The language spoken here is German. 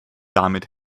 damit